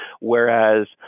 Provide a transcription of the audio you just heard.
whereas